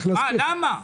למה?